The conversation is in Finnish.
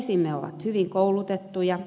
poliisimme ovat hyvin koulutettuja